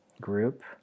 group